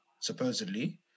supposedly